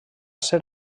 ser